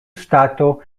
stato